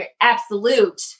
absolute